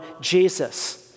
Jesus